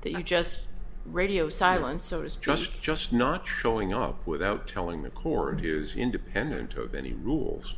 that you just radio silence so it's just just not trolling up without telling the cord is independent of any rules